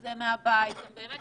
מזה הם לא יוצאים מהבית.